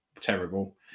terrible